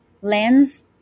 lens